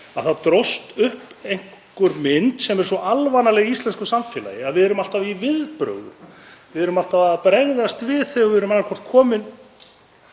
Þá dróst upp einhver mynd sem er svo alvanaleg í íslensku samfélagi, að við erum alltaf í viðbrögðum. Við erum alltaf að bregðast við þegar við erum annaðhvort komin